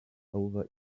over